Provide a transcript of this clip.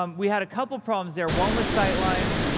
um we had a couple of problems there. one was sightlines,